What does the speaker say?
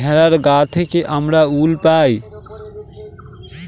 ভেড়ার গা থেকে আমরা উল পাই